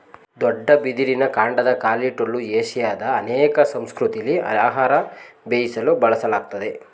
ದೊಡ್ಡ ಬಿದಿರಿನ ಕಾಂಡದ ಖಾಲಿ ಟೊಳ್ಳು ಏಷ್ಯಾದ ಅನೇಕ ಸಂಸ್ಕೃತಿಲಿ ಆಹಾರ ಬೇಯಿಸಲು ಬಳಸಲಾಗ್ತದೆ